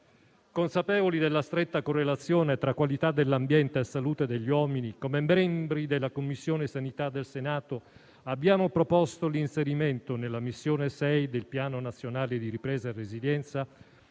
Consapevoli della stretta correlazione tra qualità dell'ambiente e salute degli uomini, come membri della Commissione sanità del Senato abbiamo proposto l'inserimento nella Missione 6 del Piano nazionale di ripresa e resilienza